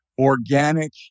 organic